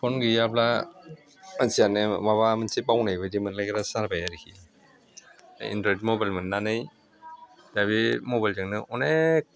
phone गैयाब्ला मानसियानो माबा मोनसे बावनाय बायदि मोनलायग्रासो जाबाय आरोखि बे एनड्र'इड मबाइल मोननानै दा बे माबाइलजोंनो अनेक